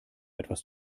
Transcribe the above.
etwas